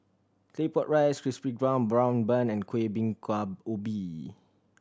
Claypot Rice Crispy Golden Brown Bun and Kueh Bingka Ubi